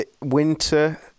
winter